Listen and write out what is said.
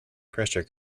pressure